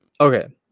Okay